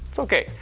okay,